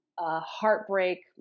heartbreak